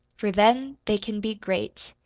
for then they can be great,